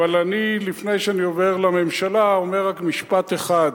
אבל לפני שאני עובר לממשלה, אני אומר משפט אחד: